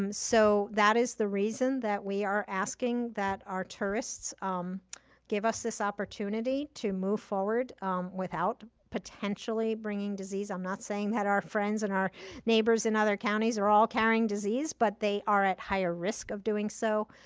um so that is the reason that we are asking that our tourists give us this opportunity to move forward without potentially bringing disease. i'm not saying that our friends and our neighbors in other counties are all carrying disease but they are at higher risk of doing so.